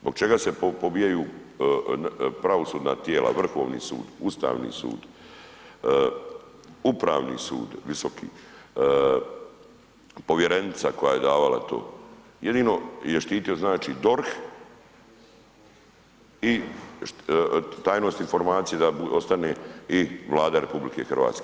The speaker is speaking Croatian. Zbog čega se pobijaju pravosudna tijela, Vrhovni sud, Ustavni sud, Upravi sud, visoki, povjerenica koja je davala to, jedino je štitio, znači DORH i tajnost informacija da ostane i Vlada RH.